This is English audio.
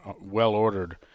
well-ordered